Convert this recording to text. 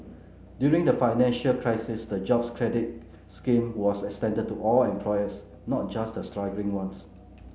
during the financial crisis the Jobs Credit scheme was extended to all employers not just the struggling ones